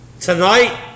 tonight